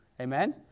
Amen